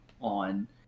on